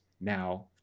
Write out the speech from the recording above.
now